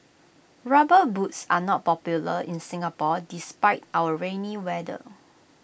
rubber boots are not popular in Singapore despite our rainy weather